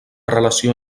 relació